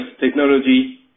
technology